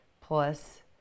plus